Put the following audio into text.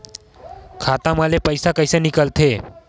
खाता मा ले पईसा कइसे निकल थे?